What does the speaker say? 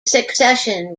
succession